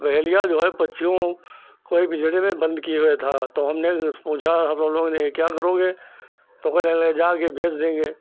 बहेलिया जो है पक्षियों को पिंजड़े में बंद किए हुए था तो हमने इस पुछा हम सब लोग ने क्या करोगे तो कहने लगे जाकर बेच देंगे